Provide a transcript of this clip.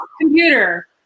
computer